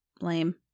Lame